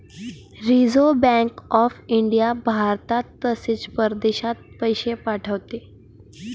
reserve bank of India भारतात तसेच परदेशात पैसे पाठवते